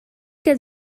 que